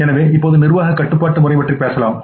எனவே இப்போது நிர்வாக கட்டுப்பாட்டு முறை பற்றி பேசலாம்